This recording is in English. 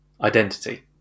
Identity